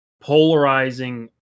polarizing